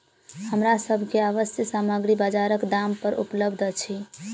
हमरा सभ के आवश्यक सामग्री बजारक दाम पर उपलबध अछि